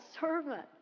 servant